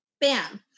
Bam